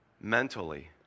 mentally